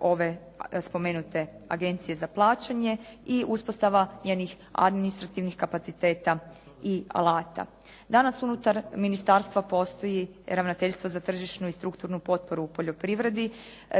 ove spomenute agencije za plaćanje i uspostava njenih administrativnih kapaciteta i alata. Danas unutar ministarstva postoji ravnateljstvo za tržišnu i strukturnu potporu u poljoprivredi.